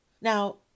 Now